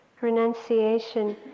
Renunciation